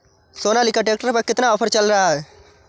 Sonalika tractor पर कितना offer चल रहा है?